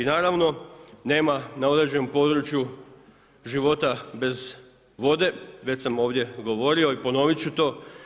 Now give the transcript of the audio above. I naravno nema na određenom području života bez vode, već sam ovdje govorio i ponovit ću to.